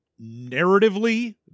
narratively